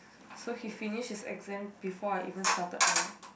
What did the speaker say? so he finish his exam before I even started mine